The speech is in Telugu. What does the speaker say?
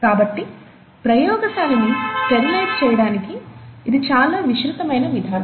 కాబట్టి ప్రయోగశాలని స్టెరిలైజ్ చేయడానికి ఇది చాలా విస్తృతమైన విధానం